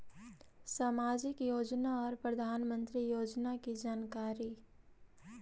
समाजिक योजना और प्रधानमंत्री योजना की जानकारी?